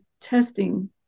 testing